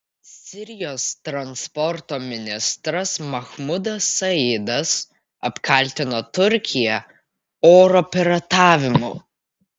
sirijos transporto ministras mahmudas saidas apkaltino turkiją oro piratavimu